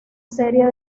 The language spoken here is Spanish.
serie